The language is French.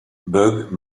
bugs